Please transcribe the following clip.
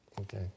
Okay